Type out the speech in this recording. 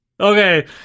Okay